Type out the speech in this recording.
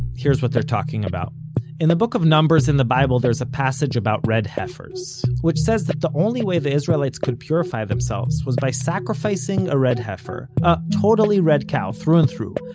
here's what they're talking about in the book of numbers in the bible there's a passage about red heifers, which says that the only way the israelites could purify themselves was by sacrificing a red heifer, a totally red cow, through and through,